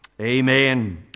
Amen